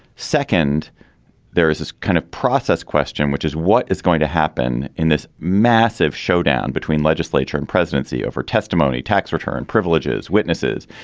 second there is this kind of process question which is what is going to happen in this massive showdown between legislature and presidency over testimony tax return privileges witnesses.